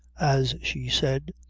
as she said,